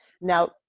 Now